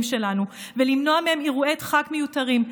שלנו ולמנוע מהם אירועי דחק מיותרים,